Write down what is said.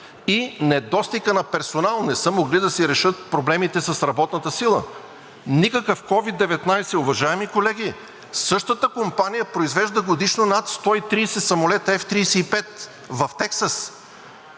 и недостигът на персонал – не са могли да си решат проблемите с работната сила. Никакъв COVID-19! Уважаеми колеги, същата компания произвежда годишно над 130 самолета F-35 в Тексас!